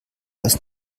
als